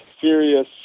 serious